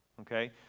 okay